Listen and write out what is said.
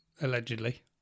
Allegedly